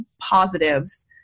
positives